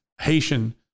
Haitian